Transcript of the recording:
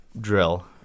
drill